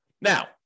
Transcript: Now